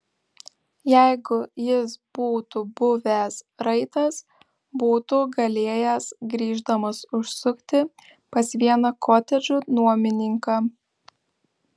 jeigu jis būtų buvęs raitas būtų galėjęs grįždamas užsukti pas vieną kotedžų nuomininką